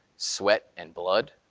sweat and blood,